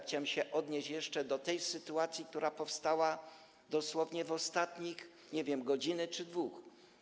Chciałem się odnieść jeszcze do tej sytuacji, która powstała dosłownie w ostatniej, nie wiem, godzinie czy dwóch.